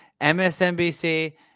MSNBC